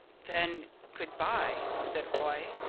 then good-bye, said roy.